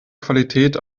qualität